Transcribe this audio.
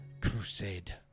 crusade